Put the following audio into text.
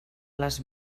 les